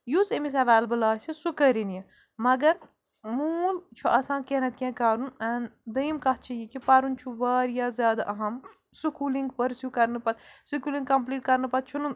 یُس أمِس اٮ۪ویلِبٕل آسہِ سُہ کٔرِنۍ یہِ مگر موٗل چھُ آسان کیٚنٛہہ نَتہٕ کیٚنٛہہ کَرُن اَن دۄیِم کَتھ چھِ یہِ کہِ پَرُن چھُ واریاہ زیادٕ اَہم سکوٗلِنٛگ پٔرسیوٗ کَرنہٕ پَتہٕ سکولِنٛگ کَمپٕلیٖٹ کَرنہٕ پَتہٕ چھُنہٕ